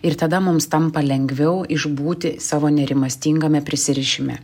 ir tada mums tampa lengviau išbūti savo nerimastingame prisirišime